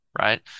right